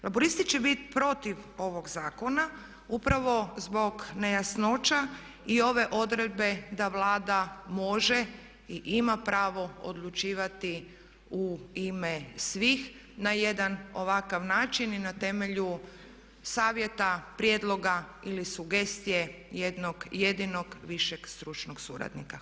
Laburisti će biti protiv ovog zakona upravo zbog nejasnoća i ove odredbe da Vlada može i ima pravo odlučivati u ime svih na jedan ovakav način i na temelju savjeta, prijedloga ili sugestije jednog jedinog višeg stručnog suradnika.